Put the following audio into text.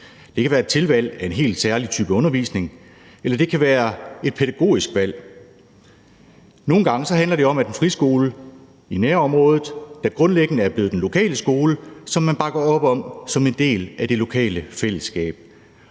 Det kan være et tilvalg af en helt særlig type undervisning, eller det kan være et pædagogisk valg. Nogle gange handler det om, at en friskole i nærområdet grundlæggende er blevet den lokale skole, som man bakker op om som en del af det lokale fællesskab,